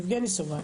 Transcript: יבגני סובה,